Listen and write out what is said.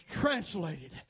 translated